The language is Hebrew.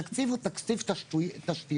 התקציב הוא תקציב תשתיות.